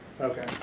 Okay